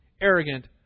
arrogant